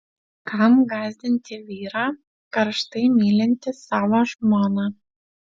kam gąsdinti vyrą karštai mylintį savo žmoną